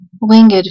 Winged